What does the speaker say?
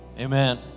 Amen